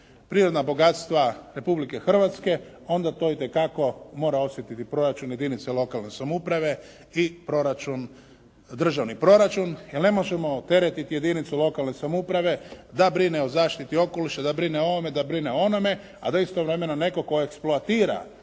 prirodna bogatstva Republike Hrvatske onda to itekako mora osjetiti proračun jedinica lokalne samouprave i proračun, državni proračun jer ne možemo teretiti jedinicu lokalne samouprave da brine o zaštiti okoliša, da brine o ovome, da brine o onome a da istovremeno netko tko eksploatira